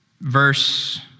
verse